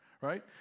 right